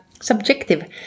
subjective